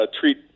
treat